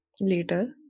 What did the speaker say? later